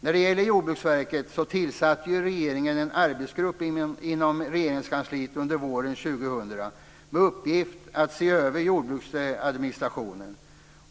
När det gäller Jordbruksverket tillsatte ju regeringen under våren 2000 en arbetsgrupp inom Regeringskansliet med uppgift att se över jordbruksadministrationen.